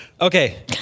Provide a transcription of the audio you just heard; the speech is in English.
Okay